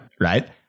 Right